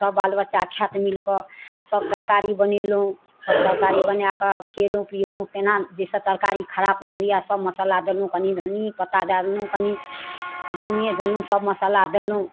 सब बाल बच्चा खाएत मिलिकऽ सब तरकारी बनेलहुँ सब तरकारी बनाकऽ खिएलहुँ पिएलहुँ कोना जाहिसँ तरकारी खराब नहि हुअए सब मसल्ला देलहुँ कनि धनी पत्ता दऽ देलहुँ कनि धनिए देलहुँ सब मसाला देलहुँ